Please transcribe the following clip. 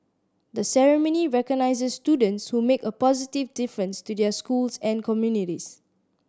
the ceremony recognises students who make a positive difference to their schools and communities